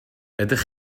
ydych